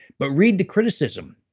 but read the criticism.